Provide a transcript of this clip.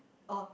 oh